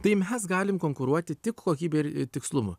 tai mes galim konkuruoti tik kokybe ir tikslumu